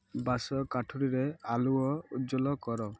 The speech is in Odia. ବାସ କାଠରିରେ ଆଲୁଅ ଉଜ୍ଜ୍ଵଳ କର